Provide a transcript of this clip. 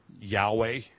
Yahweh